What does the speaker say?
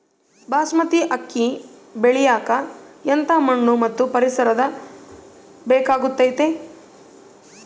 ಬಾಸ್ಮತಿ ಅಕ್ಕಿ ಬೆಳಿಯಕ ಎಂಥ ಮಣ್ಣು ಮತ್ತು ಪರಿಸರದ ಬೇಕಾಗುತೈತೆ?